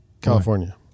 california